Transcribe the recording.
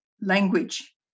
language